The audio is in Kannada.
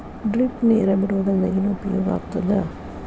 ಡ್ರಿಪ್ ನೇರ್ ಬಿಡುವುದರಿಂದ ಏನು ಉಪಯೋಗ ಆಗ್ತದ?